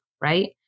right